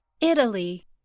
Italy